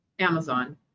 Amazon